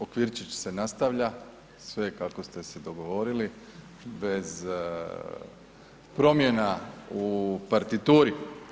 Okvirčić se nastavlja, sve je kako ste se dogovorili, bez promjena u partituri.